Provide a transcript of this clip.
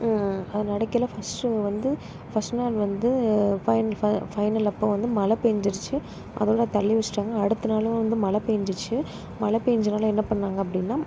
அது நடக்கையில் first show வந்து ஃபர்ஸ்ட் நாள் வந்து பைண்டு ஃபையர் ஃபைனல் அப்போ வந்து மழை பெஞ்சிருச்சு அதோட தள்ளி வச்சுட்டாங்க அடுத்த நாளும் வந்து மழை பெஞ்சிச்சு மழை பெஞ்சதுனால என்ன பண்ணாங்க அப்படின்னா